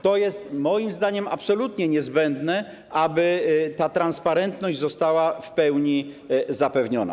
To jest moim zdaniem absolutnie niezbędne do tego, aby ta transparentność została w pełni zapewniona.